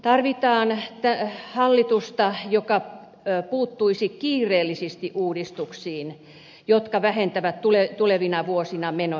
tarvitaan hallitusta joka puuttuisi kiireellisesti uudistuksiin jotka vähentävät tulevina vuosina menoja